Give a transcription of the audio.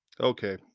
Okay